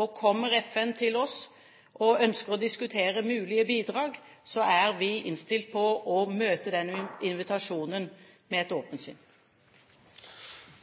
og kommer FN til oss og ønsker å diskutere mulige bidrag, er vi innstilt på å møte den invitasjonen med et åpent sinn.